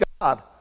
God